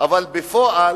אבל בפועל